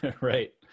right